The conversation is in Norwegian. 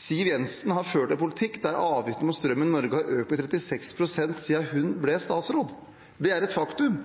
Siv Jensen har ført en politikk der avgiften på strømmen i Norge har økt med 36 pst. siden hun ble statsråd. Det er et faktum.